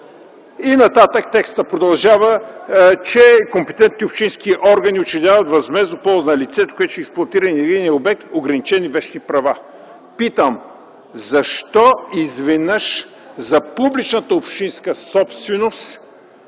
и нататък текстът продължава, че „компетентните общински органи учредяват възмездно ползване на лицето, което ще експлоатира енергийния обект, ограничени вещни права.” Питам: защо изведнъж за публичната общинска собственост